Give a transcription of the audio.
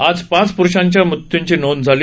आज पाच प्रुषांच्या मृत्यूची नोंद झाली